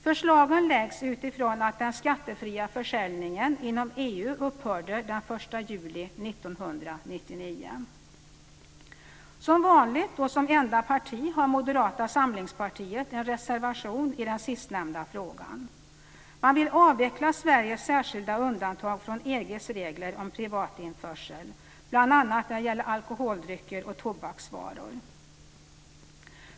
Förslagen läggs utifrån att den skattefria försäljningen inom EU upphörde den 1 juli 1999. Som vanligt och som enda parti har Moderata samlingspartiet en reservation i den sistnämnda frågan. Man vill avveckla Sveriges särskilda undantag från EG:s regler om privatinförsel bl.a. när det gäller alkoholdrycker och tobaksvaror.